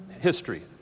history